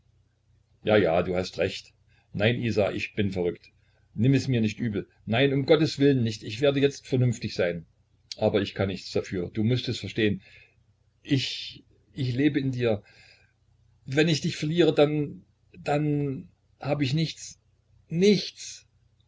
ja ja du hast recht nein isa ich bin verrückt nimm es mir nicht übel nein um gotteswillen nicht ich werde jetzt vernünftig sein aber ich kann nichts dafür du mußt es verstehen ich ich lebe in dir wenn ich dich verliere dann dann habe ich nichts nichts